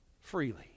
freely